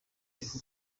uriho